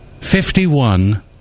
Fifty-one